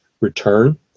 return